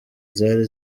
zari